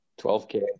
12K